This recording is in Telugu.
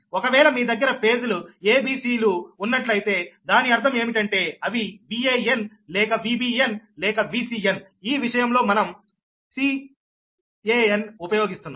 ఒకవేళ మీ దగ్గర ఫేజులు a b c లు ఉన్నట్లయితే దాని అర్థం ఏమిటి అంటే అవి Van లేక Vbn లేక Ccn ఈ విషయంలో మనం Ccn ఉపయోగిస్తున్నాం